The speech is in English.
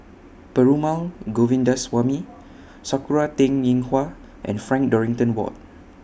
Perumal Govindaswamy Sakura Teng Ying Hua and Frank Dorrington Ward